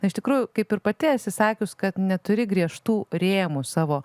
iš tikrųjų kaip ir pati esi sakius kad neturi griežtų rėmų savo